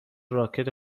راکت